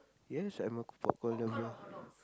yes I'm a popcorn lover